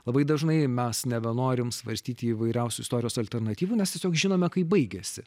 labai dažnai mes nebenorim svarstyti įvairiausių istorijos alternatyvų nes tiesiog žinome kaip baigiasi